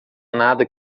nada